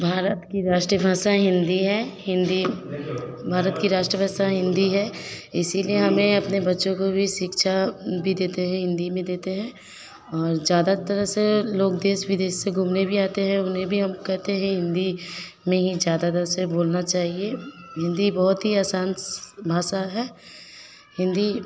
भारत की राष्ट्रभाषा हिन्दी है हिन्दी भारत की राष्ट्रभाषा हिन्दी है इसलिए हमें अपने बच्चों को भी शिक्षा भी देते हैं हिन्दी में देते हैं और ज़्यादातर से लोग देश विदेश से घूमने भी आते हैं उन्हें भी हम कहते हैं हिन्दी में ही ज़्यादातर से बोलना चाहिए हिन्दी बहुत ही आसान भाषा है हिन्दी